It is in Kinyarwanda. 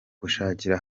gushakira